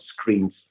screens